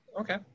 Okay